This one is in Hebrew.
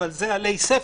אבל זה עלי ספר.